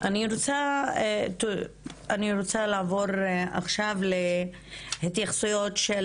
אני רוצה לעבור עכשיו להתייחסויות של